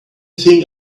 think